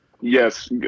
Yes